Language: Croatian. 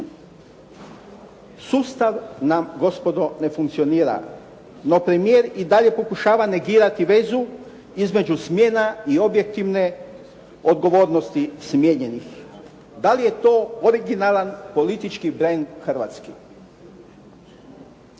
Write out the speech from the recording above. Sustav nam gospodo ne funkcionira, no premijer i dalje pokušava negirati vezu između smjena i objektivne odgovornosti smijenjenih. Da li je to originalan politički brend hrvatski?